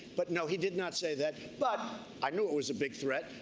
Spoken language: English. but no, he did not say that. but i knew it was a big threat.